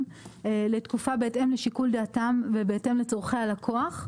לתקופה בהתאם לשיקול דעתם ובהתאם לצורכי הלקוח.